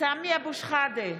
סמי אבו שחאדה,